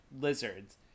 lizards